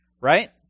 right